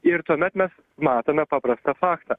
ir tuomet mes matome paprastą faktą